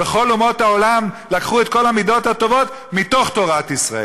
וכל אומות העולם לקחו את כל המידות הטובות מתוך תורת ישראל.